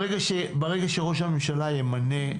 ברגע שראש הממשלה ימנה,